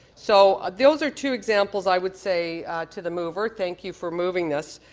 so those are two examples i would say to the mover. thank you for moving this.